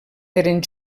eren